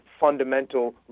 fundamental